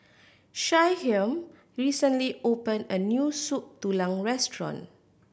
Shyheim recently opened a new Soup Tulang restaurant